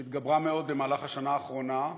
שהתגברה מאוד במהלך השנה האחרונה,